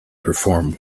perform